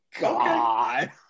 God